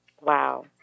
wow